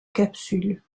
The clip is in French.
capsule